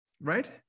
right